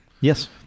Yes